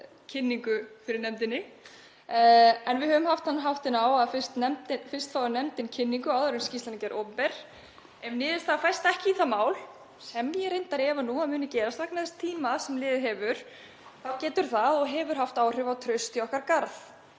kynningu fyrir nefndinni, en við höfum haft þann háttinn á að fyrst fái nefndin kynningu áður en skýrslan er gerð opinber. Ef niðurstaða fæst ekki í það mál, sem ég efa nú reyndar að muni gerast vegna þess tíma sem liðið hefur, þá getur það og hefur haft áhrif á traust í okkar garð.